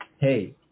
Hey